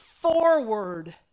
forward